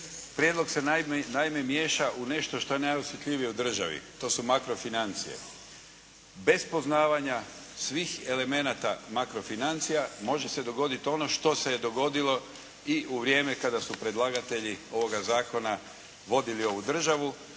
Prijedlog se naime miješa u nešto što je najosjetljivije u državi. To su makro financije. Bez poznavanja svih elemenata makro financija može se dogoditi ono što se je dogodilo i u vrijeme kada su predlagatelji ovoga zakona vodili ovu državu.